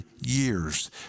years